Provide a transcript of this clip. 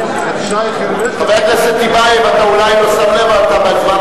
הוועדה, נתקבל.